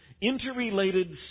interrelated